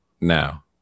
Now